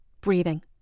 Breathing